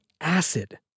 acid